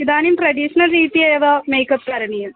इदानीं ट्रेडिशनल् रीत्या एव मेकप् करणीयम्